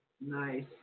Nice